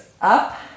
up